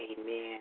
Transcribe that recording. amen